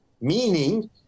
meaning